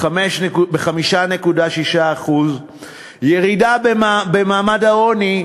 ב-5.6%; ירידה בעוני,